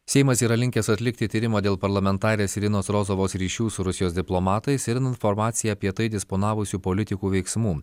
seimas yra linkęs atlikti tyrimą dėl parlamentarės irinos rozovos ryšių su rusijos diplomatais ir informacija apie tai disponavusių politikų veiksmų